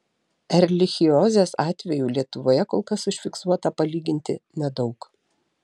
erlichiozės atvejų lietuvoje kol kas užfiksuota palyginti nedaug